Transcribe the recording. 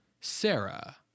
Sarah